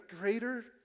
greater